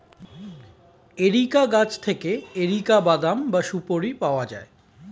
areca গাছ থেকে areca বাদাম বা সুপোরি পাওয়া যায়